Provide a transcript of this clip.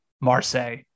Marseille